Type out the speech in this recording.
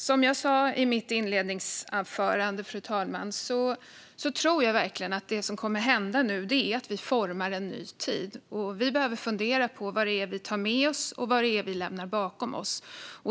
Som jag sa i mitt inledningsanförande tror jag verkligen att det som nu kommer att hända är att vi formar en ny tid. Vi behöver fundera på vad det är vi tar med oss och vad det är vi lämnar bakom oss.